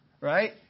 right